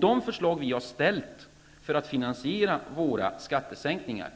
De förslag som vi har ställt för att finansiera våra skattesänkningar